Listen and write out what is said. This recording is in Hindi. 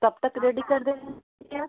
तब तक रेडी कर दे है दीजिए